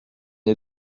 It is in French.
est